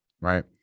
right